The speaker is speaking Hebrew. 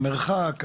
המרחק,